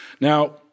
Now